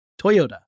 Toyota